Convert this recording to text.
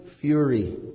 fury